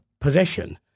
possession